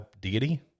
deity